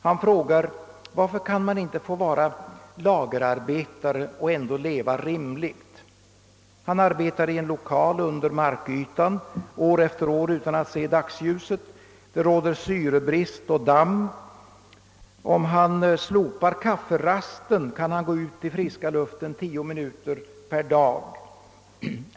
Han frågar: Varför kan man inte få vara lagerarbetare och ändå leva rimligt? Han arbetar i en lokal under markytan år efter år utan att se dagsljuset. Där råder syrebrist, och där är dammigt. Om han slopar kafferasten kan han gå ut i friska luften tio minuter per dag.